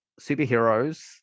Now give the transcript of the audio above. superheroes